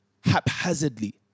haphazardly